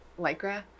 Lycra